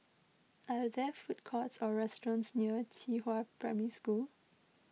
are there food courts or restaurants near Qihua Primary School